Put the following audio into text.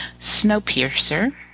Snowpiercer